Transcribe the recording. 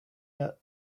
yet